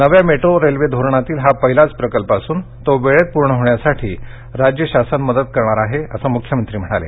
नव्या metro railway धोरणातील हा पहिलाच प्रकल्प असन वेळेत प्रकल्प पूर्ण होण्यासाठी राज्य शासन मदत करणार आहे असंही मुख्यमंत्री यावेळी म्हणाले